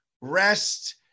rest